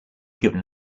given